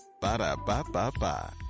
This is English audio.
Ba-da-ba-ba-ba